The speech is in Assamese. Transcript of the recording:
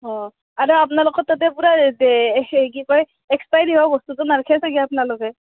অঁ আৰু আপোনালোকৰ তাতে পূৰা এই সেই কি কয় এক্সপাইৰি হোৱা বস্তুটো নাৰাখে চাগে আপোনালোকে